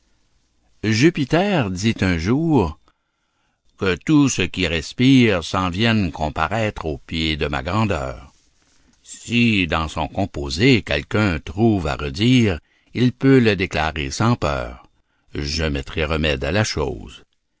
jupiter dit un jour que tout ce qui respire s'en vienne comparaître aux pieds de ma grandeur si dans son composé quelqu'un trouve à redire il peut le déclarer sans peur je mettrai remède à la chose